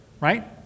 Right